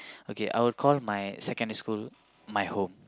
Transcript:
okay I'll call my secondary school my home